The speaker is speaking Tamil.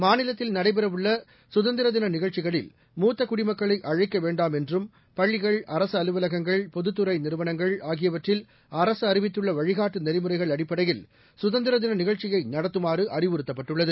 மாநிலத்தில் நடைபெறவுள்ள சுதந்திர தின நிகழ்ச்சிகளில் மூத்த குடிமக்களை அழைக்க வேண்டாம் என்றும் பள்ளிகள் அரசு அலுவலகங்கள் பொதுத்துறை நிறுவனங்கள் ஆகியவற்றில் அரசு அறிவித்துள்ள வழிகாட்டு நெறிமுறைகள் அடிப்படையில் கதந்திர தின நிகழ்ச்சியை நடத்துமாறு அறிவுறுத்தப்பட்டுள்ளது